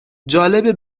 جالبه